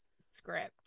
script